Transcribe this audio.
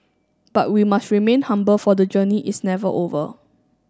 but we must remain humble for the journey is never over